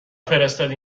فرستادی